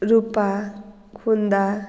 रुपा कुंदा